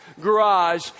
garage